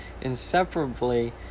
inseparably